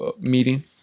meeting